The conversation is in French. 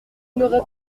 n’aurais